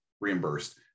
reimbursed